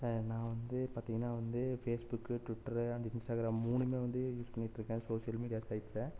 நான் வந்து பார்த்திங்கன்னா வந்து ஃபேஸ்புக் ட்விட்டர் அண்ட் இன்ஸ்டாகிராம் மூணுமே வந்து யூஸ் பண்ணிகிட்டு இருக்கேன் சோஷியல் மீடியா சைட்டில்